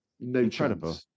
incredible